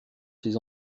ses